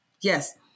Yes